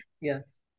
Yes